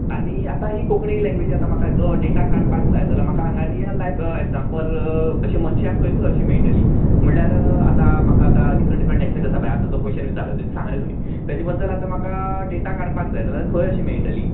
आनी ही आतां कोंकणी लेंग्वेज आतां म्हाका जो डेटा काडपाक जाय जाल्यार म्हाका हांगां रियल लायफ एग्जांपल अशीं मनशां खंय खंय अशीं मेळटली म्हणल्यार आतां म्हाका आतां डिफरंट डिफरंट एकसेंट आसा पय आतां जो क्वेशन विचारलो तेचे सांगले तुमी तेजे बद्दल आतां म्हाका डेटा काडपाक जाय जाल्यार खंय अशी मेळटली